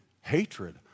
hatred